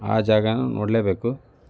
ಆ ಜಾಗನೂ ನೋಡಲೇಬೇಕು